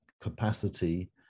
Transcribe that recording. capacity